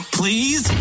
please